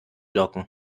locken